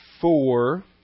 four